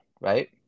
right